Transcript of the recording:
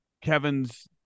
Kevin's